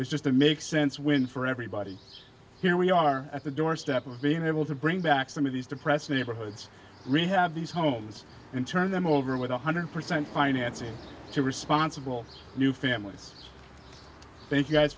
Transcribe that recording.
it's just it makes sense when for everybody here we are at the doorstep of being able to bring back some of these depressed neighborhoods rehab these homes and turn them over with one hundred percent financing to responsible new famil